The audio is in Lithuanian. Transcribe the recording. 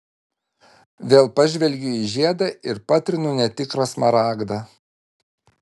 vėl pažvelgiu į žiedą ir patrinu netikrą smaragdą